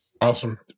Awesome